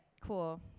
Cool